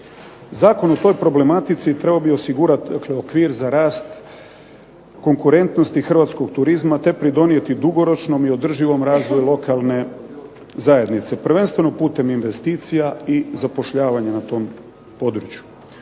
Zakon o toj problematici trebao bi osigurati, dakle okvir za rast konkurentnosti hrvatskog turizma, te pridonijeti dugoročnom i održivom razvoju lokalne zajednice prvenstveno putem investicija i zapošljavanja na tom području.